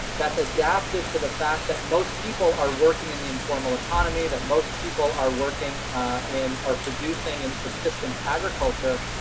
that's adapted to the fact that most people are working in the informal economy, that most people are working in, are producing in subsistence agriculture.